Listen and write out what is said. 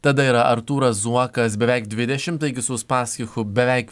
tada yra artūras zuokas beveik dvidešimt taigi su uspaskichu beveik